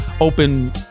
open